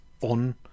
on